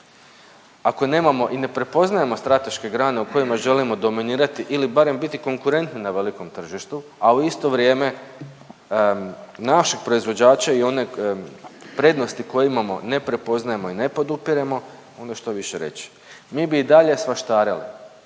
Ako nemamo i ne prepoznajemo strateške grane u kojima želimo dominirati ili barem biti konkurentni na velikom tržištu, a u isto vrijeme našeg proizvođače i one prednosti koje imamo ne prepoznajemo i ne podupiremo onda što više reći. Mi bi i dalje svaštarili.